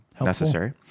necessary